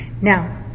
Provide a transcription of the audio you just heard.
Now